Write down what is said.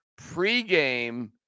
pregame